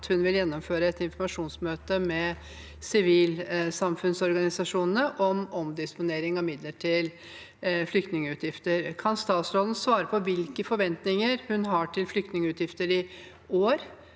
at hun vil gjennomføre et informasjonsmøte med sivilsamfunnsorganisasjonene om omdisponering av midler til flyktningutgifter. Kan statsråden svare på hvilke forventninger hun har til flyktningutgifter i år